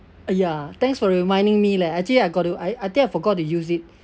uh ya thanks for reminding me leh actually I got to I I think I forgot to use it